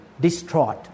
distraught